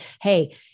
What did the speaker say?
hey